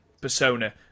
persona